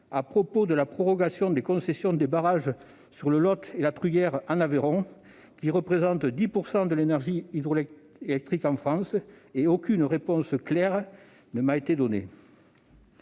à propos de la prorogation des concessions des barrages du Lot et de la Truyère en Aveyron, qui représentent 10 % de l'énergie hydroélectrique en France ; aucune réponse claire ne m'a été donnée.